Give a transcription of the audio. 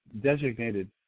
designated